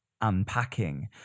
unpacking